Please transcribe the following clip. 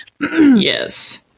Yes